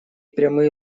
прямые